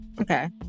Okay